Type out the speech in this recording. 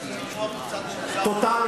זה קצת,